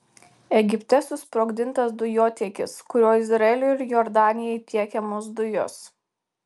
egipte susprogdintas dujotiekis kuriuo izraeliui ir jordanijai tiekiamos dujos